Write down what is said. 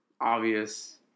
obvious